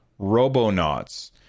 Robonauts